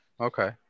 okay